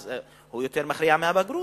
אז הוא מכריע יותר מהבגרות,